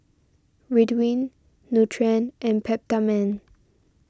Ridwind Nutren and Peptamen